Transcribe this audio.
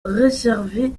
préserver